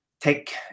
take